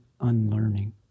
unlearning